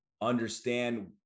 understand